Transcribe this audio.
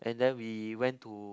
and then we went to